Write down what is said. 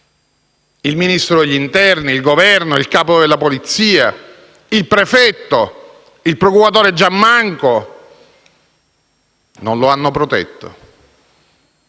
il Ministro dell'interno, il Governo, il capo della Polizia, il prefetto e il procuratore Giammanco non l'hanno protetto.